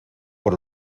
por